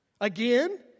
Again